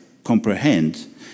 comprehend